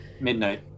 midnight